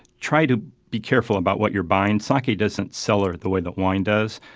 try to be careful about what you're buying. sake ah doesn't cellar the way the wine does.